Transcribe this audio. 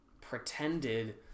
pretended